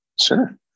Sure